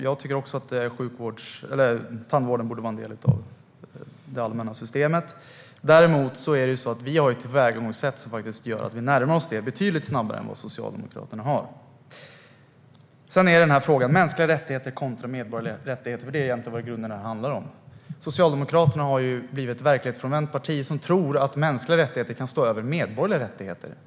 Jag tycker också att tandvården borde vara en del av det allmänna systemet. Men vi har ett tillvägagångssätt som gör att vi närmar oss målet betydligt snabbare än Socialdemokraterna. Sedan har vi frågan om mänskliga rättigheter kontra medborgerliga rättigheter. Det är egentligen vad det här i grunden handlar om. Socialdemokraterna har blivit ett verklighetsfrånvänt parti som tror att mänskliga rättigheter kan stå över medborgerliga rättigheter.